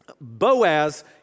Boaz